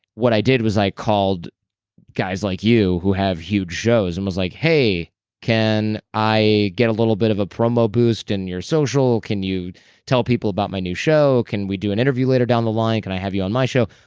what i did was i called guys like you who have huge shows and was like, hey can i get a little bit of a promo boost? in your social, can you tell people about my new show? can we do an interview? later down the line, could i have you on my show?